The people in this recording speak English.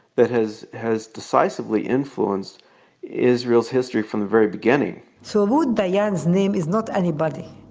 that has has decisively influenced israel's history from the very beginning so ruth dayan's name is not anybody.